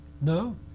No